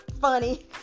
funny